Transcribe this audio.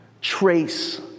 trace